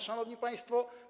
Szanowni Państwo!